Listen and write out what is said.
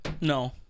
No